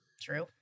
True